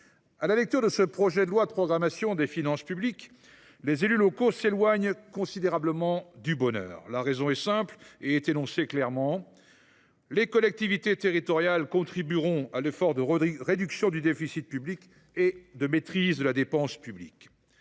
À la lecture de ce projet de loi de programmation des finances publiques, les élus locaux s’éloignent considérablement du bonheur. La raison est à la fois simple et énoncée clairement :« Les collectivités territoriales contribueront à l’effort de réduction du déficit public et de maîtrise de la dépense publique.